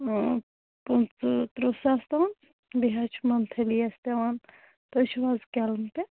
پٕنٛژٕہ تٕرٛہ ساس تام بییہِ حظ چھ مَنتھٕلی اسہِ پیٚوان تُہُۍ چھِو حظ کٮ۪لَم پٮ۪ٹھ